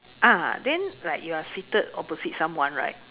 ah then like you're seated opposite someone right